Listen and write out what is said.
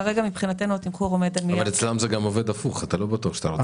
כרגע מבחינתנו התמחור הוא מיליארד שקלים,